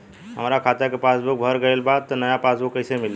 हमार खाता के पासबूक भर गएल बा त नया पासबूक कइसे मिली?